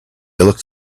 looked